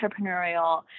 entrepreneurial